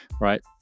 right